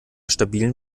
stabilen